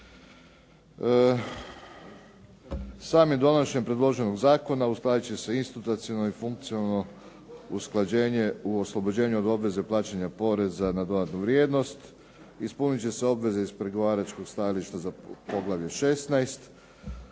Samo donošenje predloženog zakona uskladit će se institucionalno i funkcionalno usklađenje u oslobođenju od obveze plaćanja poreza na dodatnu vrijednost, ispunit će se obveze iz pregovaračkog stajališta za poglavlje 16,